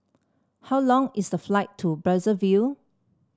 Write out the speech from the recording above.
how long is the flight to Brazzaville